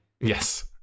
Yes